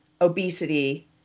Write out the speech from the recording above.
obesity